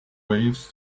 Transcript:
waves